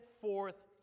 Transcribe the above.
forth